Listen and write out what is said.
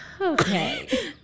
Okay